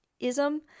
ism